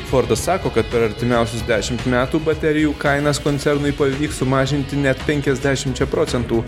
fordas sako kad per artimiausius dešimt metų baterijų kainas koncernui pavyks sumažinti net penkiasdešimčia procentų